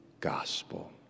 gospel